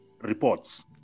reports